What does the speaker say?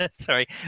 Sorry